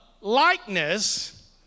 likeness